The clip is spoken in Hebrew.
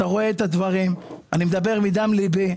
אתה רואה את הדברים, ואני מדבר מדם ליבי.